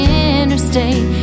interstate